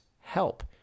help